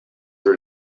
for